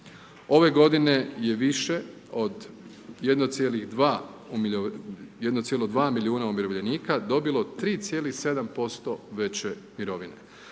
Ove godine je više od 1,2 milijuna umirovljenika dobilo 3,7% veće mirovine